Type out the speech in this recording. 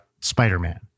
Spider-Man